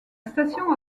station